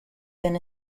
been